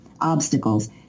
obstacles